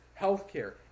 healthcare